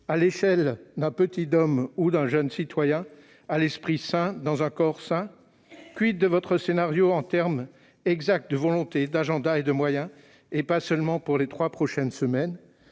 à l'échelle d'un petit d'homme ou d'un jeune citoyen à l'esprit sain dans un corps sain ? de votre volonté, de votre agenda, des moyens, et pas seulement pour les trois prochaines semaines